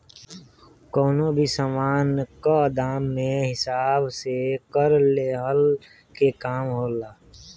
कवनो भी सामान कअ दाम के हिसाब से कर लेहला के काम होला